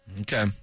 Okay